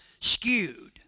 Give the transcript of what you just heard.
skewed